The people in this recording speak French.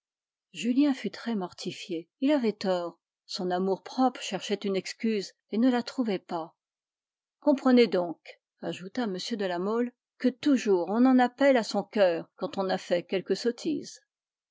julien fut très mortifié il avait tort son amour-propre cherchait une excuse et ne la trouvait pas comprenez donc ajouta m de la mole que toujours on en appelle à son coeur quand on a fait quelque sottise